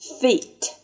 Feet